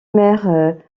maire